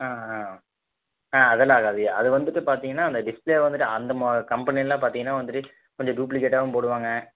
ஆ ஆ அதெலாம் ஆகாது அது வந்துட்டு பார்த்தீங்கன்னா அந்த டிஸ்ப்பிளே வந்துட்டு அந்த கம்பனிலெலாம் பார்த்தீங்கன்னா வந்துட்டு கொஞ்சம் டூப்ளீகெட்டாகவும் போடுவாங்க